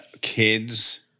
kids